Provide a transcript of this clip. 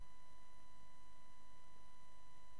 הדרוזית,